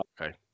Okay